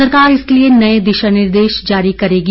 सरकार इसके लिए नए दिशा निर्देश जारी करेगी